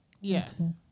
Yes